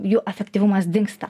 jų efektyvumas dingsta